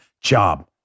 job